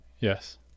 yes